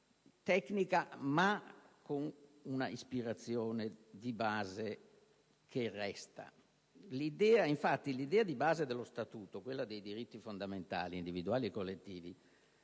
tecnica, ma con un'ispirazione di base che resta. Infatti, l'idea di base dello Statuto, quella dei diritti fondamentali individuali e collettivi,